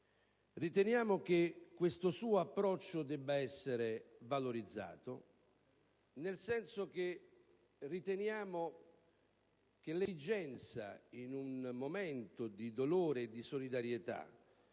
Riteniamo che questo suo approccio debba essere valorizzato, nel senso che siamo del parere che, in un momento di dolore e di solidarietà,